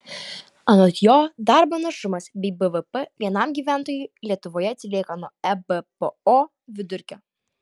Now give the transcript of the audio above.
anot jo darbo našumas bei bvp vienam gyventojui lietuvoje atsilieka nuo ebpo vidurkio